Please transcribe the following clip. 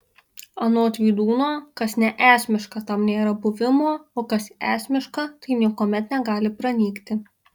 anot vydūno kas neesmiška tam nėra buvimo o kas esmiška tai niekuomet negali pranykti